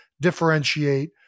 differentiate